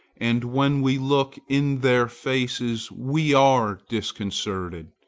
and when we look in their faces we are disconcerted.